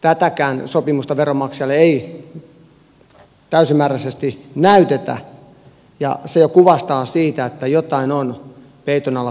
tätäkään sopimusta veronmaksajille ei täysimääräisesti näytetä ja se jo kuvastaa sitä että jotain on peiton alla piilossa